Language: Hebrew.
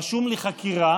רשום לי "חקירה".